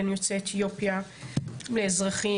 בין יוצאי אתיופיה לאזרחים,